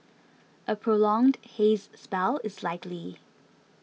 a prolonged haze spell is likely